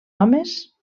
homes